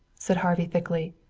said harvey thickly.